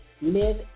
Live